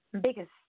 Biggest